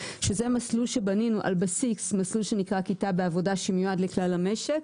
שזה מסלול שבנינו על בסיס מסלול שנקרא כיתה בעבודה שמיועד לכלל המשק.